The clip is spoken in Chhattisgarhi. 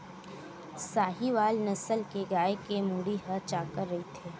साहीवाल नसल के गाय के मुड़ी ह चाकर रहिथे